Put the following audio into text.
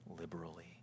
liberally